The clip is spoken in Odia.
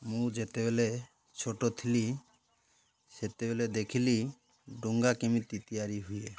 ମୁଁ ଯେତେବେଳେ ଛୋଟ ଥିଲି ସେତେବେଳେ ଦେଖିଲି ଡଙ୍ଗା କେମିତି ତିଆରି ହୁଏ